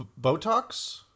Botox